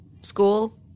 school